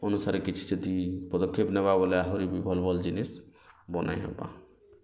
ଅନୁସାରେ କିଛି ଯଦି ପଦକ୍ଷେପ ନେବା ବୋଲେ ଆହୁରି ଭଲ୍ ଭଲ୍ ଜିନିଷ୍ ବନାଇ ହବ